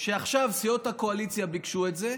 שעכשיו סיעות הקואליציה ביקשו את זה,